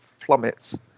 plummets